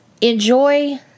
enjoy